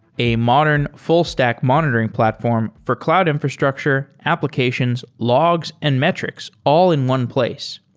a modern, full-stack monitoring platform for cloud infrastructure, applications, logs and metrics all in one place.